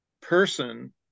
person